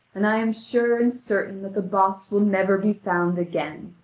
and i am sure and certain that the box will never be found again.